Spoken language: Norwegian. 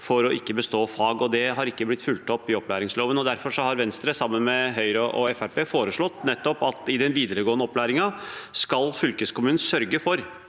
for ikke å bestå fag, og det har ikke blitt fulgt opp i opplæringsloven. Derfor har Venstre, sammen med Høyre og Fremskrittspartiet, foreslått nettopp at i den videregående opplæringen skal fylkeskommunen sørge for